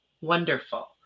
Wonderful